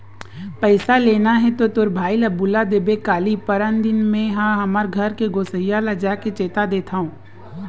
पइसा लेना हे तो तोर भाई ल बुला देबे काली, परनदिन में हा हमर घर के गोसइया ल जाके चेता देथव